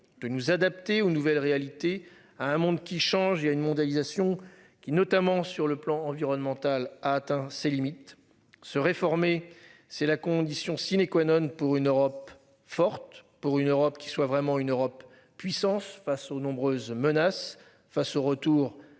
de nous adapter aux nouvelles réalités à un monde qui change, il y a une mondialisation qui notamment sur le plan environnemental a atteint ses limites se réformer. C'est la condition sine économe pour une Europe forte pour une Europe qui soit vraiment une Europe puissance face aux nombreuses menaces face au retour des